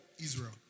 Israel